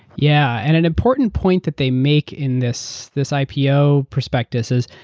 yeah. and an important point that they make in this this ipo prospectus is,